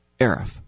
Arif